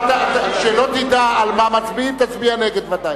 כשלא תדע על מה מצביעים, תצביע נגד ודאי.